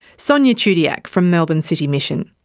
sonia chudiak, from melbourne city mission.